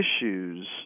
issues